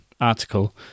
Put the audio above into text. article